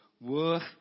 worth